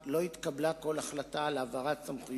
נודע לי על התנהגות אלימה לכאורה מצד שוטרים.